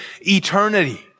eternity